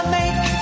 make